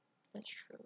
that's true